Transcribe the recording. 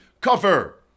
Cover